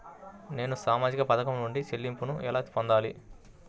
నేను సామాజిక పథకం నుండి చెల్లింపును ఎలా పొందాలి?